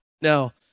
Now